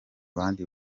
bandi